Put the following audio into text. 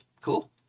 Cool